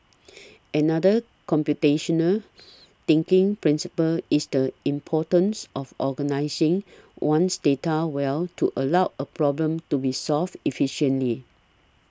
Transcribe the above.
another computational thinking principle is the importance of organising one's data well to allow a problem to be solved efficiently